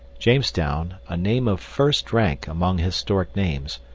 jamestown, a name of first rank among historic names,